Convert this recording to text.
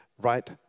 right